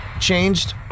changed